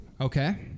Okay